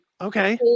Okay